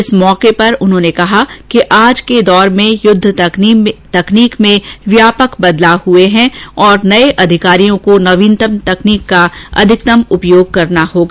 इस अवसर पर उन्होंने कहा कि आज के दौर में युद्ध तकनीक में व्यापक बदलाव हुए हैं और नये अधिकारियों को नवीनतम तकनीक का अधिकतम उपयोग करना होगा